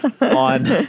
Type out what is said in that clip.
On